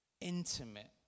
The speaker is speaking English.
intimate